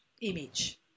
image